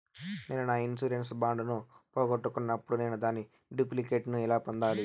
నేను నా insurance bond ను పోగొట్టుకున్నప్పుడు నేను దాని డూప్లికేట్ ను ఎలా పొందాలి?